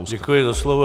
Děkuji za slovo.